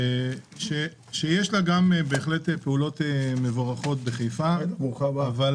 שיש לה גם פעולות מבורכות בחיפה אבל